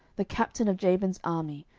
the captain of jabin's army,